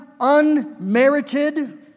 unmerited